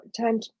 time